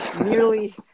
nearly